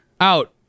out